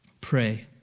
Pray